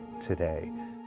today